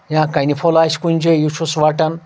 یا کَنہِ پھوٚل آسہِ کُنہِ جایہِ یہِ چھُس وَٹان